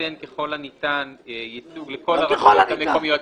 יינתן ככל הניתן ייצוג לכל הרשויות המקומיות.